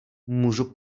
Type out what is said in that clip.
můžu